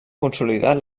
consolidat